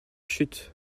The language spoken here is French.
chute